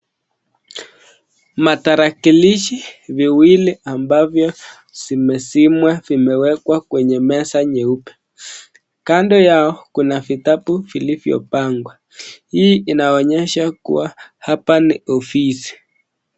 Matarakilishi viwili ambavyo zimezimwa vimewekwa kwenye meza nyeupe kando yao kuna vitabu vilivyopangwa hii inaonyesha kiwa hapa ni ofisi.